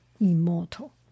immortal